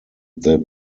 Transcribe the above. they